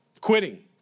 quitting